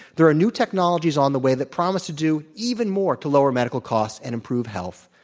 there are new technologies on the way that promise to do even more to lower medical costs and improve health.